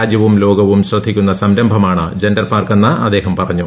രാജ്യവും ലോകവും ശ്രദ്ധിക്കുന്ന സംരംഭമാണ് ജെൻഡർ പാർക്കെന്ന് അദ്ദേഹം പറഞ്ഞു